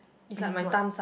means what